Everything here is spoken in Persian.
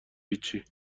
هیچی